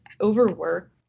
overwork